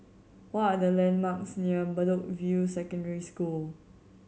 what are the landmarks near Bedok View Secondary School